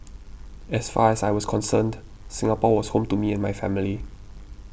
as far as I was concerned Singapore was home to me and my family